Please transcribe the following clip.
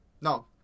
No